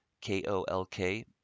K-O-L-K